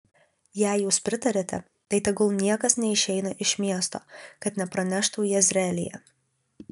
jei jūs pritariate tai tegul niekas neišeina iš miesto kad nepraneštų jezreelyje